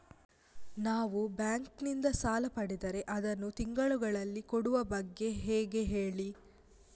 ನಾವು ಬ್ಯಾಂಕ್ ನಿಂದ ಸಾಲ ಪಡೆದರೆ ಅದನ್ನು ತಿಂಗಳುಗಳಲ್ಲಿ ಕೊಡುವ ಬಗ್ಗೆ ಹೇಗೆ ಹೇಳಿ